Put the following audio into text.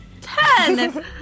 Ten